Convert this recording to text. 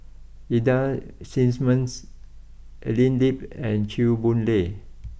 Ida Simmons Evelyn Lip and Chew Boon Lay